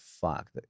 fuck